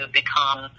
become